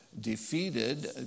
Defeated